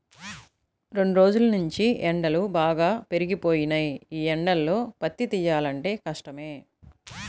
రెండ్రోజుల్నుంచీ ఎండలు బాగా పెరిగిపోయినియ్యి, యీ ఎండల్లో పత్తి తియ్యాలంటే కష్టమే